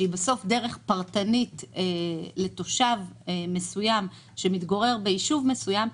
שהיא דרך פרטנית לתושב מסוים שמתגורר בישוב מסוים,